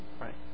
Right